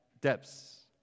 depths